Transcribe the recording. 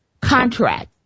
contract